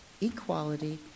equality